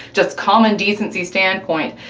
just common decency standpoint,